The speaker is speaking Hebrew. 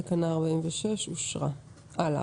תקנה 46 אושרה פה-אחד.